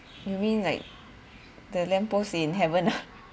you mean like the lamp post in heaven ah